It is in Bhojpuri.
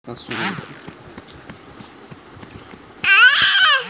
पूंजी निवेश आ प्रायोजित इन्वेस्टमेंट फंड के प्रबंधन में लागल रहेला